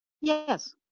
yes